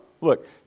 Look